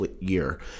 year